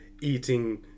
eating